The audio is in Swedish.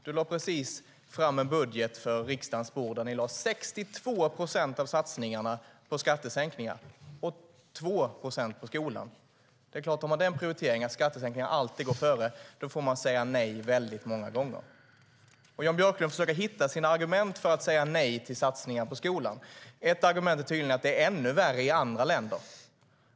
Du lade precis fram en budget på riksdagens bord där ni lade 62 procent av satsningarna på skattesänkningar och 2 procent på skolan. Det är klart att om skattesänkningar alltid går före får man säga nej väldigt många gånger. Jan Björklund försöker hitta argument för att säga nej till satsningar på skolan. Ett argument är tydligen att det är ännu värre i andra länder.